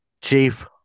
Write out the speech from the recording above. Chief